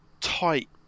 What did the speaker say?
tight